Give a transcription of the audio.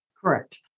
Correct